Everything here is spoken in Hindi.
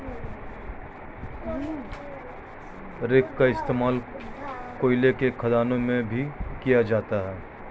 रेक का इश्तेमाल कोयले के खदानों में भी किया जाता है